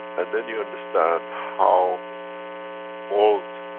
and then you understand, how world.